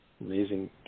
amazing